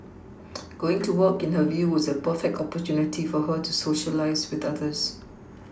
going to work in her view was a perfect opportunity for her to Socialise with others